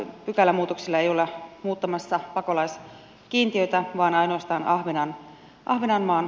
pykälämuutoksilla ei olla muuttamassa pakolaiskiintiötä vaan ainoastaan ahvenanmaan asemaa